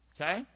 Okay